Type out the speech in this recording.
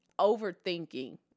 overthinking